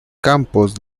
campos